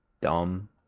dumb